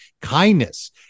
kindness—